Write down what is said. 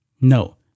No